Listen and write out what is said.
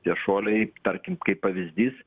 tie šuoliai tarkim kaip pavyzdys